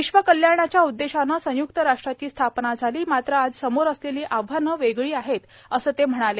विश्व कल्याणाच्या उद्देशाने संय्क्त राष्ट्राची स्थापना झाली मात्र आज समोर असलेली आव्हानं वेगळी आहेत असं ते म्हणाले